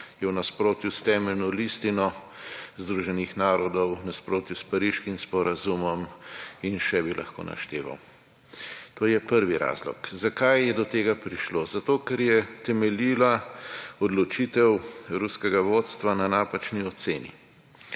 Je v nasprotju s temeljno listino Združenih narodov, v nasprotju s Pariškim sporazumom in še bi lahko našteval. To je prvi razlog. Zakaj je do tega prišlo? Zato, ker je temeljila odločitev ruskega vodstva na napačni oceni,